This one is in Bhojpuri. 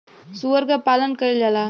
सूअर क पालन कइल जाला